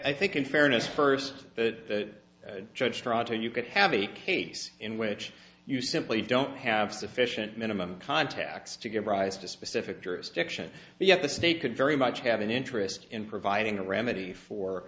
i think in fairness first that judge toronto you could have a case in which you simply don't have sufficient minimum contacts to give rise to specific jurisdiction yet the state could very much have an interest in providing a remedy for